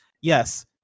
yes